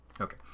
Okay